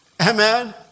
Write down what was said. Amen